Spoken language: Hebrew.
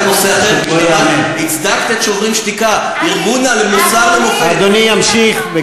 יכול להיות גם מלא וגם שקט, אדוני ראש הממשלה, אני